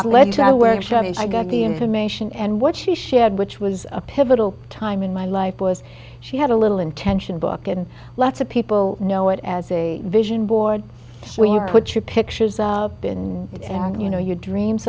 and i got the information and what she shared which was a pivotal time in my life was she had a little intention book and lots of people know it as a vision board so we put your pictures up and you know your dreams